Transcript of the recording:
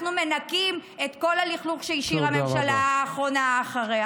אנחנו מנקים את כל הלכלוך שהשאירה הממשלה האחרונה אחריה.